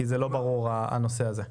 כי זה לא ברור הנושא הזה.